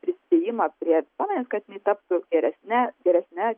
prisidėjimą prie visuomenės kad jinai taptų geresne geresne